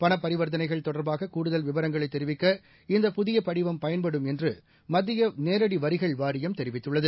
பணப்பரிவர்த்தனைகள் தொடர்பாககூடுதல் விவரங்களைதெரிவிக்க இந்தப் புதியபடிவம் பயன்படும் என்றுமத்தியநேரடிவரிகள் வாரியம் தெரிவித்துள்ளது